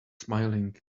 smiling